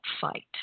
fight